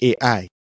AI